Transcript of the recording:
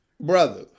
Brother